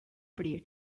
property